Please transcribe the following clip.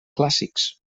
clàssics